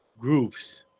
groups